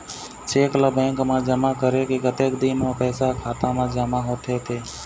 Cheque ला bank मा जमा करे के कतक दिन मा पैसा हा खाता मा जमा होथे थे?